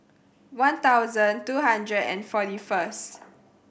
one thousand two hundred and forty first